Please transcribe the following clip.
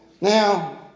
Now